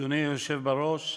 אדוני היושב בראש,